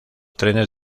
trenes